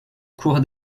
cour